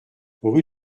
rue